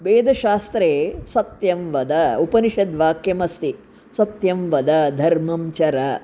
वेदशास्त्रे सत्यं वद उपनिषद्वाक्यमस्ति सत्यं वद धर्मं चर